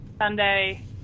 Sunday